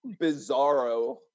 bizarro